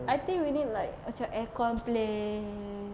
I think we need like macam aircon place